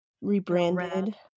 Rebranded